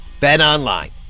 BetOnline